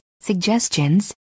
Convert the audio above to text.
suggestions